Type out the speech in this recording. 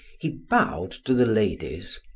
he bowed to the ladies,